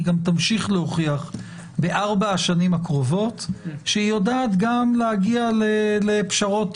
היא גם תמשיך להוכיח בארבע השנים הקרובות שהיא יודעת גם להגיע לפשרות